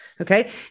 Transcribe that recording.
okay